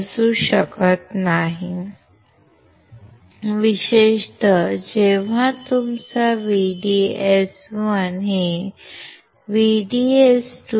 असू शकत नाही विशेषत जेव्हा तुमचा VDS1 हे VDS2